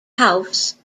house